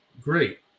great